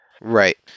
Right